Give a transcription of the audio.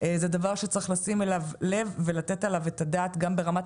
זה דבר שצריך לשים אליו לב ולתת עליו את הדעת ברמת